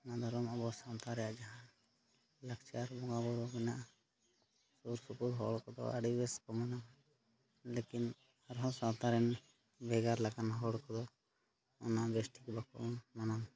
ᱚᱱᱟ ᱫᱷᱚᱨᱚᱢ ᱟᱵᱚ ᱥᱟᱶᱛᱟ ᱨᱮᱭᱟᱜ ᱡᱟᱦᱟᱸ ᱞᱟᱠᱪᱟᱨ ᱵᱚᱸᱜᱟ ᱵᱩᱨᱩ ᱢᱮᱱᱟᱜᱼᱟ ᱥᱩᱨᱥᱩᱯᱩᱨ ᱦᱚᱲ ᱠᱚᱫᱚ ᱟᱹᱰᱤ ᱵᱮᱥ ᱢᱟᱱᱟᱣᱟ ᱞᱮᱠᱤᱱ ᱟᱨᱦᱚᱸ ᱥᱟᱶᱛᱟᱨᱮᱱ ᱵᱷᱮᱜᱟᱨ ᱞᱮᱠᱟᱱ ᱦᱚᱲ ᱠᱚᱫᱚ ᱚᱱᱟ ᱵᱮᱥᱴᱷᱤᱠ ᱵᱟᱠᱚ ᱢᱟᱱᱟᱣᱟ